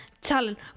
talent